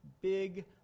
big